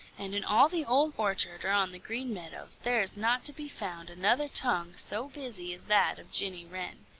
and in all the old orchard or on the green meadows there is not to be found another tongue so busy as that of jenny wren.